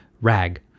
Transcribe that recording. rag